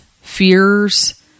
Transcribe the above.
fears